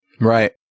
Right